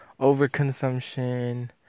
overconsumption